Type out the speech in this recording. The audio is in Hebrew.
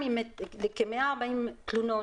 מתוך כ-140 תלונות